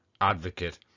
advocate